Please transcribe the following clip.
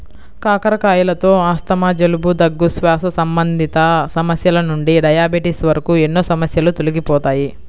కాకరకాయలతో ఆస్తమా, జలుబు, దగ్గు, శ్వాస సంబంధిత సమస్యల నుండి డయాబెటిస్ వరకు ఎన్నో సమస్యలు తొలగిపోతాయి